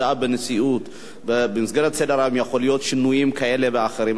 היתה הודעה בנשיאות שבמסגרת סדר-היום יכולים להיות שינויים כאלה ואחרים.